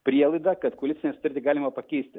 prielaida kad koalicinę sutartį galima pakeisti